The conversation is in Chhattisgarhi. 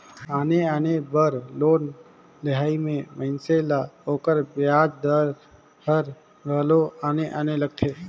आने आने बर लोन लेहई में मइनसे ल ओकर बियाज दर हर घलो आने आने लगथे